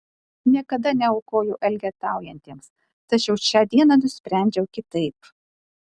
niekada neaukoju elgetaujantiems tačiau šią dieną nusprendžiau kitaip